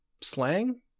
slang